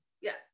Yes